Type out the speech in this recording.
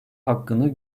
hakkını